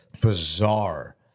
bizarre